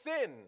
sin